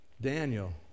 Daniel